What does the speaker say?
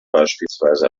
beispielsweise